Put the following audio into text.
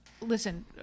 Listen